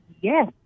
yes